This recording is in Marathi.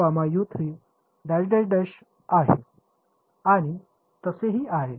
तर तेथे आहे आणि तसेही आहे